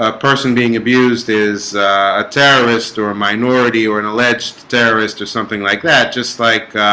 ah person being abused is a terrorist or a minority or an alleged terrorist or something like that just like